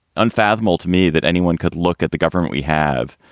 unfathomable to me that anyone could look at the government we have,